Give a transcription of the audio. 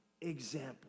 example